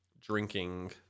drinking